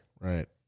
Right